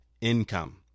income